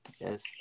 Yes